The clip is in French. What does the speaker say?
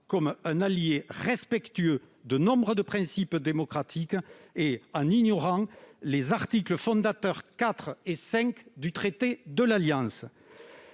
comme un allié respectueux de nombre de principes démocratiques et ignorait les articles fondateurs 4 et 5 du traité de l'Alliance.